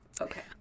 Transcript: Okay